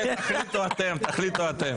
זה תחליטו אתם.